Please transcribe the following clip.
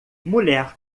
mulher